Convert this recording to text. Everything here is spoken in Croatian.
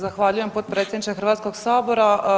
Zahvaljujem potpredsjedniče Hrvatskog sabora.